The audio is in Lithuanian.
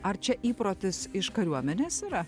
ar čia įprotis iš kariuomenės yra